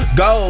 go